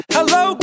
Hello